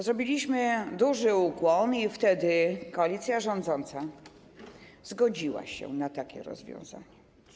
Zrobiliśmy duży ukłon w ich stronę i wtedy koalicja rządząca zgodziła się na takie rozwiązanie.